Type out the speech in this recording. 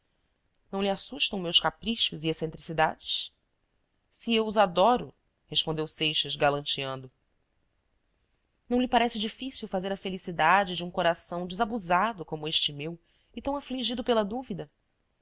não lhe assustam meus caprichos e excentricidades se eu os adoro respondeu seixas galanteando não lhe parece difícil fazer a felicidade de um coração desabusado como este meu e tão afligido pela dúvida